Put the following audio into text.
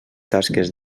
tasques